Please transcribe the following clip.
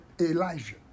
Elijah